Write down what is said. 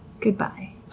Goodbye